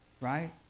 right